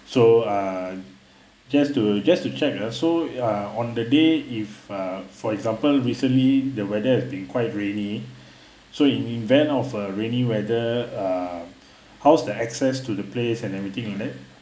so ah just to just to check also uh on the day if uh for example recently the weather has been quite rainy so in event of uh rainy weather uh how's the access to the place and everything like that